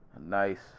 nice